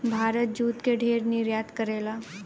Bharat jute के ढेर निर्यात करेला